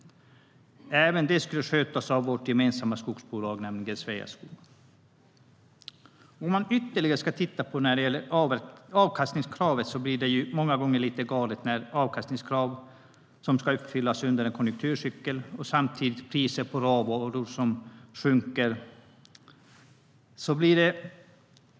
Även de borde skötas av vårt gemensamma skogsbolag Sveaskog.Det blir många gånger lite galet när ett avkastningskrav ska uppfyllas under en konjunkturcykel där priser på råvaror sjunker.